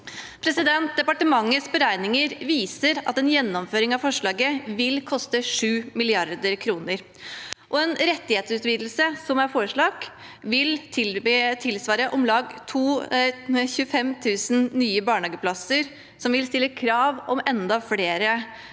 Departementets beregninger viser at en gjennomføring av forslaget vil koste 7 mrd. kr, og at den rettighetsutvidelsen som er foreslått, vil tilsvare om lag 25 000 nye barnehageplasser, som vil stille krav om enda flere